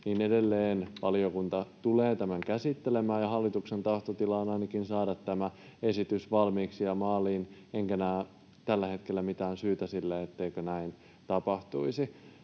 edelleen valiokunta tulee tämän käsittelemään, ja hallituksen tahtotila on ainakin saada tämä esitys valmiiksi ja maaliin, enkä näe tällä hetkellä mitään syytä sille, etteikö näin tapahtuisi.